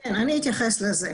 אני אתייחס לזה.